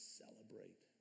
celebrate